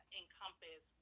encompass